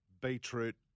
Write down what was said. beetroot